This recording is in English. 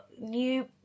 new